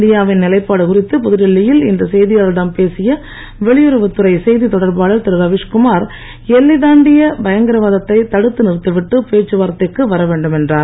இந்தியாவின் நிலைப்பாடு குறித்து புதுடெல்லியில் இன்று செய்தியாளர்களிடம் பேசிய வெளியுறவுத்துறை செய்தித்தொடர்பாளர் திரு ரவிஷ்குமார் எல்லை தாண்டிய பயங்கரவாதத்தை தடுத்து நிறுத்திவிட்டு பேச்சுவார்த்தைக்கு வரவேண்டும் என்றார்